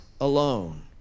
alone